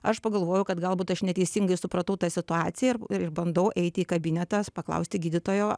aš pagalvojau kad galbūt aš neteisingai supratau tą situaciją ir ir bandau eiti į kabinetą paklausti gydytojo